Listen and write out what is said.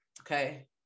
Okay